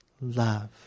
Love